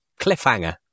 Cliffhanger